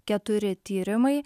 keturi tyrimai